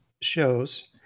shows